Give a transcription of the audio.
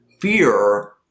Fear